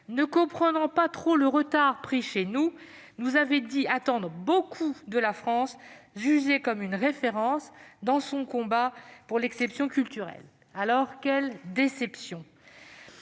à comprendre le retard pris chez nous, nous avaient dit attendre beaucoup de la France, jugée comme une référence dans son combat pour l'exception culturelle. Quelle déception !